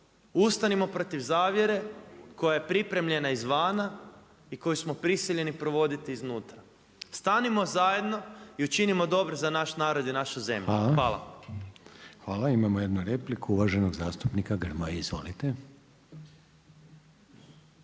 Ustanimo protiv zavjere koja je pripremljena izvana i koju smo prisiljeni provoditi iznutra. Stanimo zajedno i učinimo dobro za naš narod i našu zemlju. Hvala. **Reiner, Željko (HDZ)** Hvala. Imamo jednu repliku uvaženog zastupnika Grmoje. Izvolite.